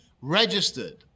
registered